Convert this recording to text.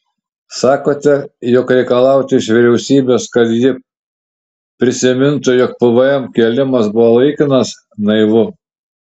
sakote jog reikalauti iš vyriausybės kad ji prisimintų jog pvm kėlimas buvo laikinas naivu